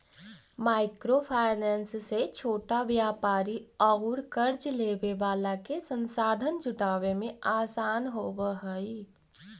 micro finance से छोटा व्यापारि औउर कर्ज लेवे वाला के संसाधन जुटावे में आसान होवऽ हई